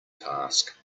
task